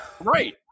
right